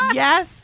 yes